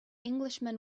englishman